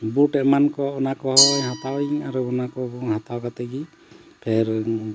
ᱵᱩᱴ ᱮᱢᱟᱱ ᱠᱚ ᱚᱱᱟ ᱠᱚᱦᱚᱸᱧ ᱦᱟᱛᱟᱣᱟᱹᱧ ᱟᱨ ᱚᱱᱟ ᱠᱚᱦᱚᱸ ᱦᱟᱛᱟᱣ ᱠᱟᱛᱮᱫ ᱜᱮᱧ ᱯᱷᱮᱨ